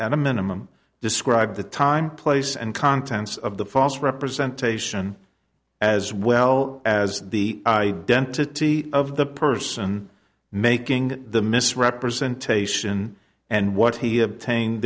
and a minimum described the time place and contents of the false representation as well as the identity of the person making the misrepresentation and what he obtained